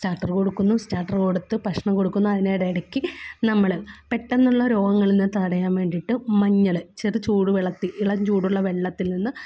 starter കൊടുക്കുന്നു starter കൊടുത്ത് ഭക്ഷണം കൊടുക്കുന്നു അതിനിടയ്ക്ക് നമ്മള് പെട്ടെന്നുള്ള രോഗങ്ങളിൽ നിന്ന് തടയാൻ വേണ്ടിയിട്ട് മഞ്ഞള് ചെറു ചൂട് വെള്ളത്തില് ഇളം ചൂടുള്ള വെള്ളത്തിൽ നിന്ന്